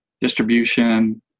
distribution